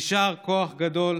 יישר כוח גדול.